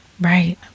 right